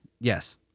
Yes